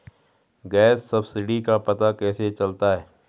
Gas subsidy का पता कैसे चलता है?